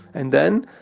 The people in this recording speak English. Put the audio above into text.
and then,